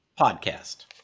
podcast